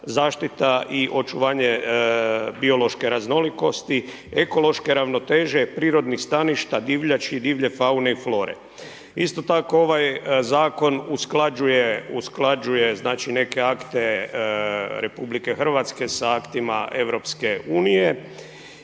zaštita i očuvanje biološke raznolikosti, ekološke ravnoteže prirodnih staništa, divljači, divlje faune i flore. Isto tako, ovaj zakon usklađuje neke akte RH sa aktima Europske unije